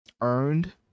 earned